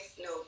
no